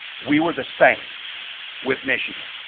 we were the same with michigan.